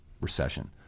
recession